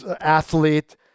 athlete